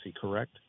correct